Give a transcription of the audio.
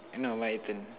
eh no my turn